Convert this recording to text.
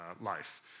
life